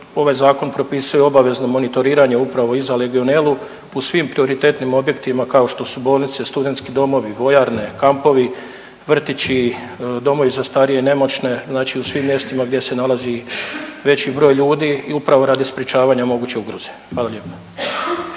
ovaj zakon propisuje obavezno monitoriranje upravo i za legionelu u svim prioritetnim objektima kao što su bolnice, studentski domovi, vojarne, kampovi, vrtići, domovi za starije i nemoćne. Znači u svim mjestima gdje se nalazi veći broj ljudi i upravo radi sprječavanja moguće ugroze. Hvala lijepa.